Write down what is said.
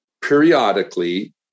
periodically